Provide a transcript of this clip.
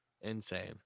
Insane